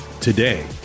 today